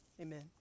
amen